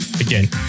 Again